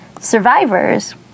survivors